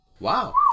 Wow